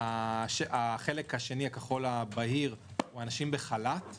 החלק השני הכחול הבהיר הוא אנשים בחל"ת.